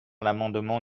l’amendement